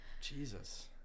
Jesus